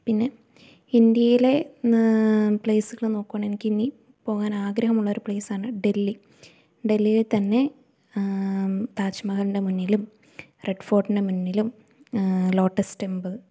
പിന്നെ ഇന്ത്യയിലെ പ്ലേസുകൾ നോക്കുവാണേൽ എനിക്ക് ഇനി പോകാൻ ആഗ്രഹമുള്ള ഒരു പ്ലേസാണ് ഡെല്ലി ഡെല്ലിയെ തന്നെ താജ്മഹലിൻ്റെ മുന്നിലും റെഡ് ഫോർട്ടിൻ്റെ മുന്നിലും ലോട്ടസ് ടെംപിൾ